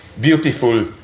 beautiful